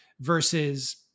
versus